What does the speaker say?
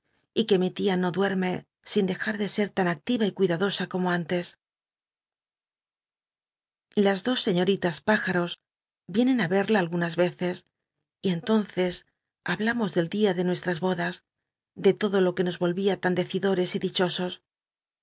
y mi lia no ducme sin dejar de ser l cuidadosa como antes las dos sciíorilas p ijaros yienen í crin algunas veces y entonces hablamos del dia de nucsllas bodas de todo lo que nos oiyia tan decidores y dichosos